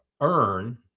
earn